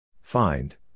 Find